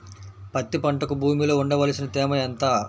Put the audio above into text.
పత్తి పంటకు భూమిలో ఉండవలసిన తేమ ఎంత?